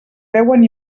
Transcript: veuen